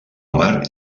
mar